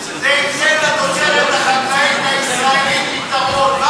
זה ייתן לתוצרת החקלאית הישראלית יתרון,